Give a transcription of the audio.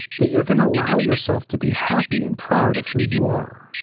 that you're going to allow yourself to be happy and proud of who you are.